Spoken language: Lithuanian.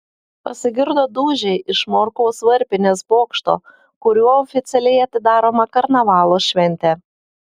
pasigirdo dūžiai iš morkaus varpinės bokšto kuriuo oficialiai atidaroma karnavalo šventė